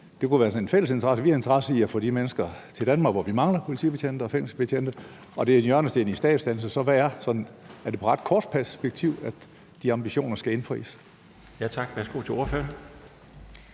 det kunne der være en fælles interesse i. Vi har en interesse i at få de mennesker til Danmark, hvor vi mangler politibetjente og fængselsbetjente, og det er en hjørnesten i en statsdannelse. Så er det inden for en ret kort tidshorisont, at de ambitioner skal indfries? Kl. 21:28 Den fg. formand